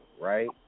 right